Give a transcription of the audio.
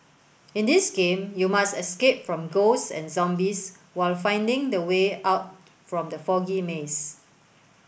in this game you must escape from ghosts and zombies while finding the way out from the foggy maze